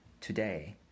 today